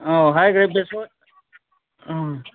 ꯑꯧ ꯍꯥꯏꯒ꯭ꯔꯦ ꯕꯦꯁꯣꯟ ꯑꯥ